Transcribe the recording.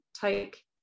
take